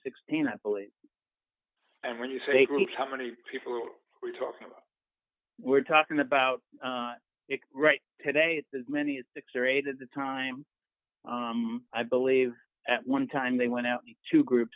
sixteen i believe and when you say groups how many people are we talking about we're talking about right today as many as six or eight at the time i believe at one time they went out to group